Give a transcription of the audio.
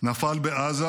נפל בעזה